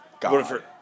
God